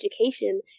education